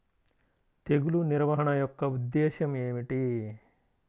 తెగులు నిర్వహణ యొక్క ఉద్దేశం ఏమిటి?